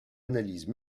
analyse